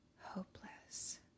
hopeless